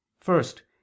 First